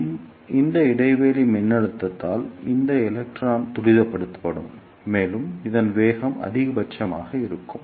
எனவே இந்த இடைவெளி மின்னழுத்தத்தால் இந்த எலக்ட்ரான் துரிதப்படுத்தப்படும் மேலும் அதன் வேகம் அதிகபட்சமாக இருக்கும்